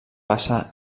bassa